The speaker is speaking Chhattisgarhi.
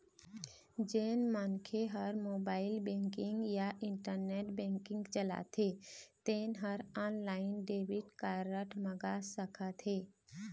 जेन मनखे ह मोबाईल बेंकिंग या इंटरनेट बेंकिंग चलाथे तेन ह ऑनलाईन डेबिट कारड मंगा सकत हे